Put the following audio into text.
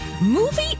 movie